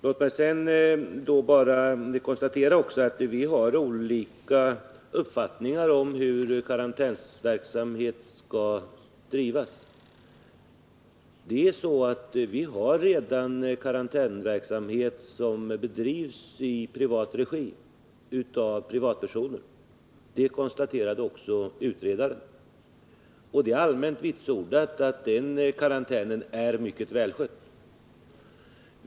Låt mig sedan bara konstatera att vi har olika uppfattningar om hur karantänsverksamhet skall bedrivas. Det finns redan karantänsverksamhet som bedrivs i privat regi, av privatpersoner. Det konstaterade också utredaren. Och det är allmänt vitsordat att den karantänen är mycket välskött.